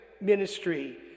ministry